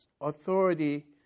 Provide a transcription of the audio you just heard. authority